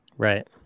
Right